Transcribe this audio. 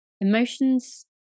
Emotions